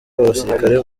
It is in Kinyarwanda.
abasirikare